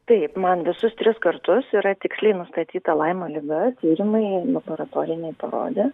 taip man visus tris kartus yra tiksliai nustatyta laimo liga tyrimai laboratoriniai parodė